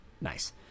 Nice